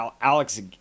Alex